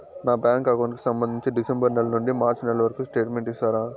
నా bank account కు సంబంధించి డిసెంబరు నెల నుండి మార్చి నెలవరకు స్టేట్మెంట్ ఇస్తారా?